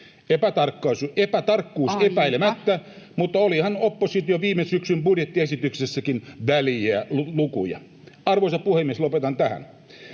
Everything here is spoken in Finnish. epätarkkuus, [Puhemies: Aika!] mutta olihan opposition viime syksyn budjettiesityksissäkin väljiä lukuja. Arvoisa puhemies! Lopetan tähän: